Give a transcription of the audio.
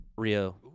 Rio